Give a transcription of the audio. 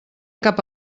cap